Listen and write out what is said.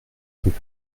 rues